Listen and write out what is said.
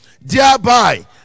thereby